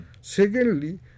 Secondly